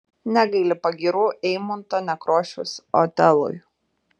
negaili pagyrų eimunto nekrošiaus otelui